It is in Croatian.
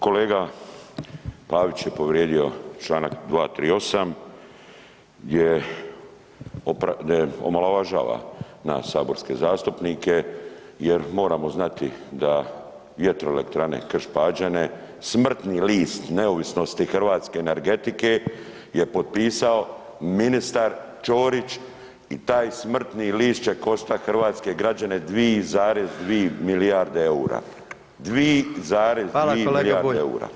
Kolega Pavić je povrijedio čl. 238. gdje omalovažava nas saborske zastupnike jer moramo znati da Vjetroelektrane Krš-Pađene smrtni list neovisnosti hrvatske energetike je potpisao ministar Ćorić i taj smrtni list će koštati hrvatske građane 2,2 milijarde eura, 2,2 milijarde eura.